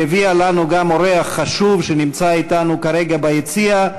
והביאה לנו גם אורח חשוב שנמצא אתנו כרגע ביציע,